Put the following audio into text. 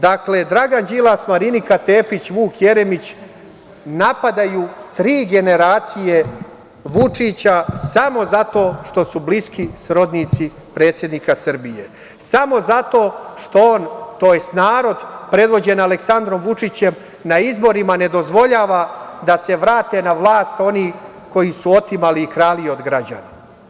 Dakle, Dragan Đilas, Marinika Tepić, Vuk Jeremić napadaju tri generacije Vučića samo zato što su bliski srodnici predsednika Srbije, samo zato što narod predvođen Aleksandrom Vučićem na izborima ne dozvoljava da se vrate na vlast oni koji su otimali i krali od građana.